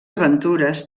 aventures